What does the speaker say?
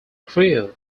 crew